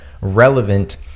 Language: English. relevant